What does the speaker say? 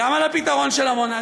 גם על הפתרון לעמונה,